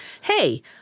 hey